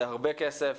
והרבה כסף,